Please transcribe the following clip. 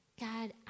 God